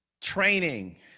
Training